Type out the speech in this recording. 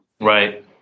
right